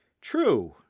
true